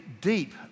deep